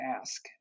ask